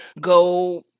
go